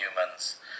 humans